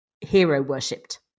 hero-worshipped